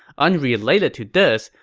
unrelated to this,